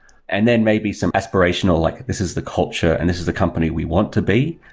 and then maybe some aspirational, like this is the culture and this is the company we want to be.